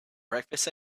breakfast